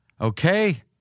Okay